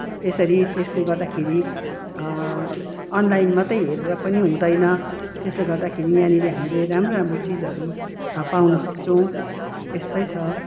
त्यसरी त्यसले गर्दाखेरि अनलाइन मात्रै हेरेर पनि हुँदैन त्यसले गर्दाखेरि यहाँनेरि हामीले राम्रो राम्रो चिजहरू पाउनु सक्छौँ यस्तै छ